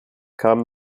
kam